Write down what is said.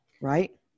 Right